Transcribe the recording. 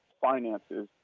finances